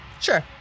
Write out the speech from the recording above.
Sure